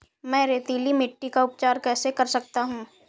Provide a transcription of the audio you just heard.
मैं रेतीली मिट्टी का उपचार कैसे कर सकता हूँ?